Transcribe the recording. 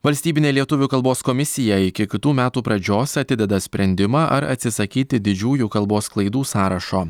valstybinė lietuvių kalbos komisija iki kitų metų pradžios atideda sprendimą ar atsisakyti didžiųjų kalbos klaidų sąrašo